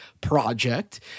project